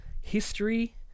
history